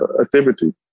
activity